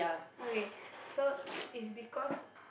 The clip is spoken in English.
okay so it's because